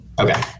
okay